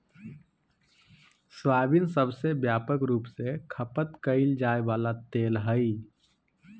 soybean सबसे व्यापक रूप से खपत कइल जा वला तेल हइ